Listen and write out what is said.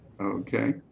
Okay